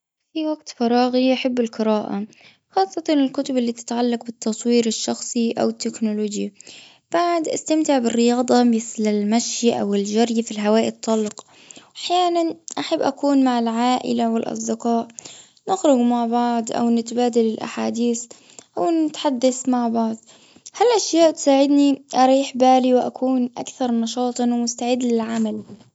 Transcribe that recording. في وقت فراغي أحب القراءة. خاصة الكتب اللي تتعلق بالتصوير الشخصي أو التكنولوجي. بعد أستمتع بالرياضة مثل المشي أو الجري في الهواء الطلق. أحيانا أحب أكون مع العائلة والأصدقاء. نخرج مع بعض أو نتبادل الأحاديث مع بعض ونتحدث مع بعض. هالأشياء تساعدني أريح بالي وأكون أكثر نشاطا ومستعد للعمل.